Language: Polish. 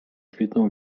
kwitną